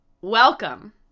welcome